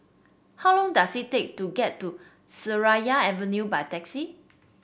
how long does it take to get to Seraya Avenue by taxi